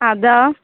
আদা